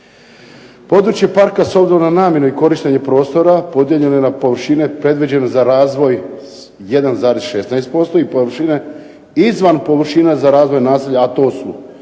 Područje parka s obzirom na namjenu i korištenje prostora podijeljeno je na površine predviđene za razvoj 1,16% i površine izvan površina za razvoj naselja, a to su